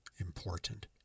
important